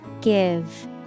Give